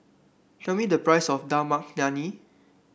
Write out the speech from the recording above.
tell me the price of Dal Makhani